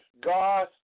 God